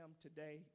today